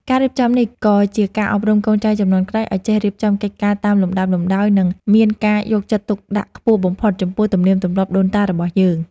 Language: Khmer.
ការរៀបចំនេះក៏ជាការអប់រំកូនចៅជំនាន់ក្រោយឱ្យចេះរៀបចំកិច្ចការតាមលំដាប់លំដោយ និង មានការយកចិត្តទុកដាក់ខ្ពស់បំផុតចំពោះទំនៀមទម្លាប់ដូនតារបស់យើង។